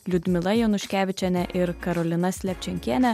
liudmila januškevičienė ir karolina slepčenkienė